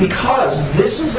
because this is